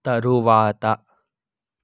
తరువాత